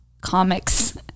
comics